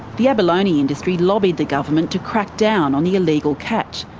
the abalone industry lobbied the government to crack down on the illegal catch.